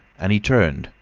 and he turned.